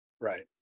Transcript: Right